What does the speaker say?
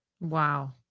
Wow